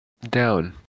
down